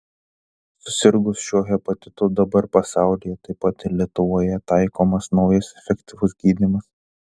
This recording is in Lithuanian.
susirgus šiuo hepatitu dabar pasaulyje taip pat ir lietuvoje taikomas naujas efektyvus gydymas